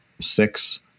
six